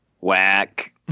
Whack